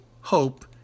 hope